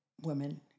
women